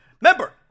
Remember